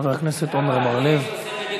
חבר הכנסת עמר בר-לב.